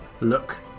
look